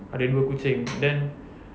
ada dua kucing then